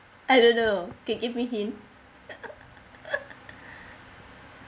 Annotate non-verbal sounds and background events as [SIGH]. I don't know can give me hint [LAUGHS]